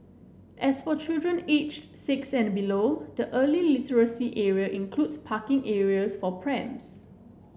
as for children aged six and below the early literacy area includes parking areas for prams